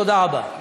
תודה רבה.